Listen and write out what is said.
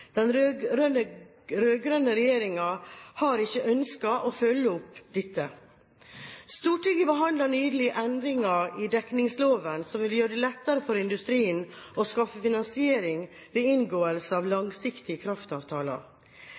Den rød-grønne regjeringen har ikke ønsket å følge opp dette. Stortinget behandlet nylig endringer i dekningsloven, som vil gjøre det lettere for industrien å skaffe finansiering ved inngåelse av langsiktige kraftavtaler.